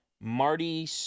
Marty